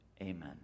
Amen